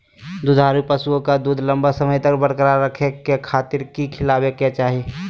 दुधारू पशुओं के दूध लंबा समय तक बरकरार रखे खातिर की खिलावे के चाही?